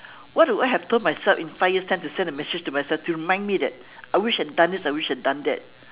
what do I have told myself in five years time to send a message to myself to remind me that I wish I had done this I wish I had done that